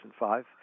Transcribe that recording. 2005